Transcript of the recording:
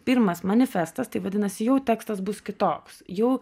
pirmas manifestas tai vadinasi jau tekstas bus kitoks jau